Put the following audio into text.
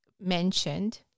mentioned